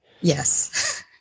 Yes